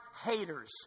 haters